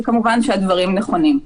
וכמובן שהדברים נכונים.